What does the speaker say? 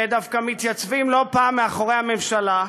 ודווקא מתייצבים לא פעם מאחורי הממשלה,